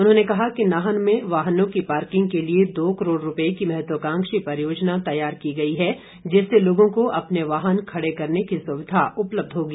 उन्होंने कहा कि नाहन में वाहनों की पार्किंग के लिए दो करोड़ रुपये की महत्वकांक्षी परियोजना तैयार की गई है जिससे लोगों को अपने वाहन खडे करने की सुविधा उपलब्ध होगी